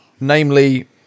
namely